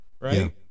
right